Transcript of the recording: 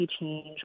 change